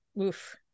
oof